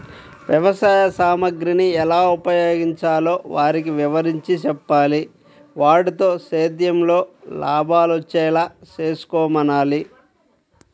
వ్యవసాయ సామగ్రిని ఎలా ఉపయోగించాలో వారికి వివరించి చెప్పాలి, వాటితో సేద్యంలో లాభాలొచ్చేలా చేసుకోమనాలి